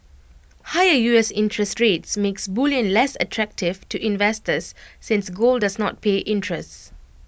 higher U S interest rates makes bullion less attractive to investors since gold does not pay interests